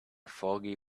foggy